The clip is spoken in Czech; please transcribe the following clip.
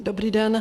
Dobrý den.